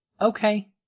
Okay